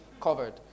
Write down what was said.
covered